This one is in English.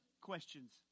questions